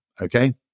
Okay